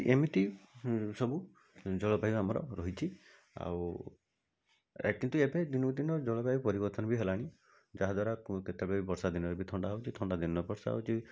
ଏମିତି ସବୁ ଜଳବାୟୁ ଆମର ରହିଛି ଆଉ କିନ୍ତୁ ଏବେ ଦିନକୁ ଦିନ ଜଳବାୟୁ ପରିବର୍ତ୍ତନ ମଧ୍ୟ ହେଲାଣି ଯାହାଦ୍ଵାରା କେତେବେଳେ ବି ବର୍ଷାଦିନରେ ବି ଥଣ୍ଡା ହେଉଛି ଥଣ୍ଡା ଦିନରେ ବର୍ଷା ହେଉଛି